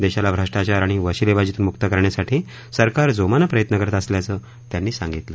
देशाला भ्रष्टाचार आणि वाशिलेबाजीतून मुक्त करण्यासाठी सरकार जोमानं प्रयत्न करत असल्याचं त्यांनी सांगितलं